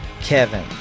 Kevin